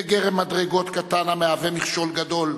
בגרם מדרגות קטן המהווה מכשול גדול.